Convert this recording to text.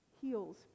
heals